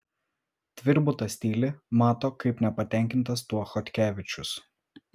tvirbutas tyli mato kaip nepatenkintas tuo chodkevičius